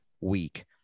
week